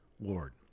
Lord